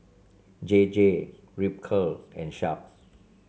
J J Ripcurl and Sharp